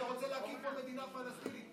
אתה רוצה להקים פה מדינה פלסטינית,